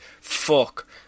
fuck